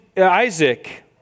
Isaac